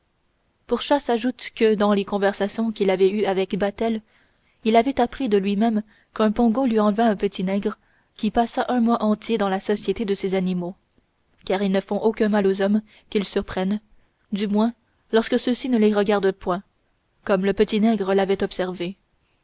purchass ajoute que dans les conversations qu'il avait eues avec battel il avait appris de lui-même qu'un pongo lui enleva un petit nègre qui passa un mois entier dans la société de ces animaux car ils ne font aucun mal aux hommes qu'ils surprennent du moins lorsque ceux-ci ne les regardent point comme le petit nègre l'avait observé